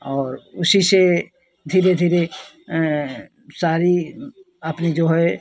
और उसी से धीरे धीरे सारी अपनी जो है